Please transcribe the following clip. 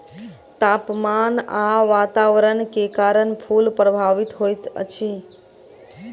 तापमान आ वातावरण के कारण फूल प्रभावित होइत अछि